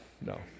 No